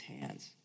hands